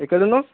ఎక్కడ ఉన్నావు